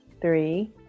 three